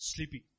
Sleepy